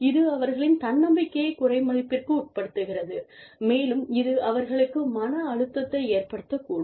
இது அவர்களின் தன்னம்பிக்கையை குறைமதிப்பிற்கு உட்படுத்துகிறது மேலும் இது அவர்களுக்கு மன அழுத்தத்தை ஏற்படுத்தக்கூடும்